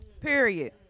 Period